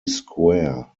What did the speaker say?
square